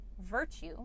virtue